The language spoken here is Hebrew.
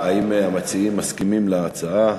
האם המציעים מסכימים להצעה?